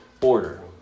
order